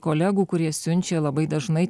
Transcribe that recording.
kolegų kurie siunčia labai dažnai